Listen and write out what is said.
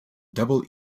double